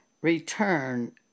return